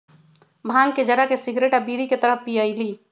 भांग के जरा के सिगरेट आ बीड़ी के तरह पिअईली